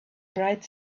bright